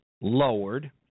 lowered